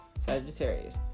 Sagittarius